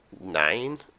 nine